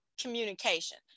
communication